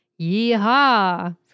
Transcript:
yeehaw